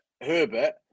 Herbert